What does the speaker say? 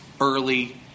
early